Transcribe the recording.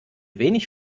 wenig